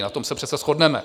Na tom se přece shodneme.